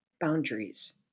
boundaries